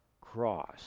cross